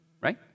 right